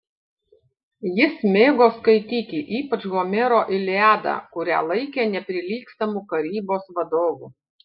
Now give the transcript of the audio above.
jis mėgo skaityti ypač homero iliadą kurią laikė neprilygstamu karybos vadovu